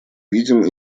видим